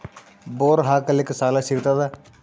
Bore ಹಾಕಲಿಕ್ಕ ಸಾಲ ಸಿಗತದ?